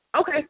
okay